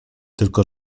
tylko